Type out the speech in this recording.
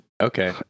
Okay